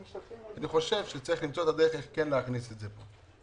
אני חושב שצריך למצוא את הדרך איך כן להכניס את זה פה,